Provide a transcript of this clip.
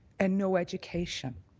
and no education.